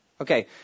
Okay